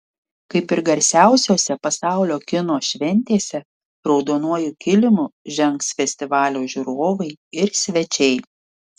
kaip ir garsiausiose pasaulio kino šventėse raudonuoju kilimu žengs festivalio žiūrovai ir svečiai